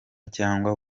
cyangwa